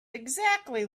exactly